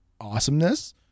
awesomeness